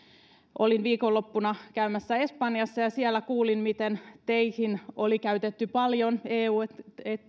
olin viikonloppuna käymässä espanjassa ja siellä kuulin miten teihin oli käytetty paljon rahaa